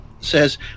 says